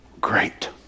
great